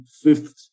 fifth